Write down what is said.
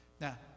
now